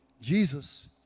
Jesus